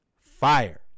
fire